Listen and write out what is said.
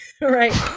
right